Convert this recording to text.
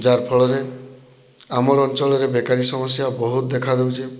ଯାହାର୍ ଫଳରେ ଆମର୍ ଅଞ୍ଚଳରେ ବେକାରୀ ସମସ୍ୟା ବହୁତ୍ ଦେଖା ଦଉଛେ